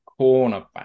cornerback